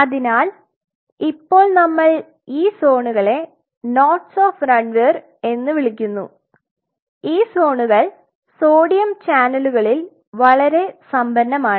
അതിനാൽ ഇപ്പോൾ നമ്മൾ ഈ സോണുകളെ നോട്സ് ഓഫ് രൺവീർ എന്ന് വിളിക്കുന്ന ഈ സോണുകൾ സോഡിയം ചാനലുകളിൽ വളരെ സമ്പന്നമാണ്